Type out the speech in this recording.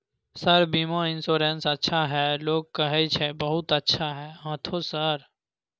Sir बीमा insurance अच्छा है लोग कहै छै बहुत अच्छा है हाँथो सर?